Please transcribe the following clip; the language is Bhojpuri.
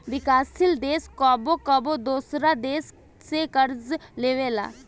विकासशील देश कबो कबो दोसरा देश से कर्ज लेबेला